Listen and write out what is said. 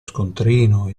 scontrino